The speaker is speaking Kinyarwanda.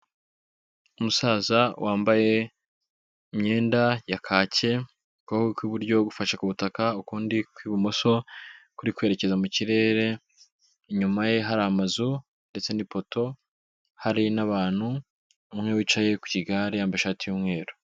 Umusaza wambaye imyenda ya kake ukuboko kw'iburyo gufashe ku butaka, ukundi kw'ibumoso kuri kwerekeza mu kirere, inyuma ye hari amazu ndetse n'ipoto hari n'abantu, umwe wicaye ku igare yambaye ishati y'umweru.